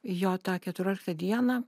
jo tą keturiolktą dieną